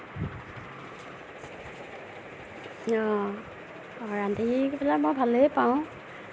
অ ৰান্ধি মই ভালেই পাওঁ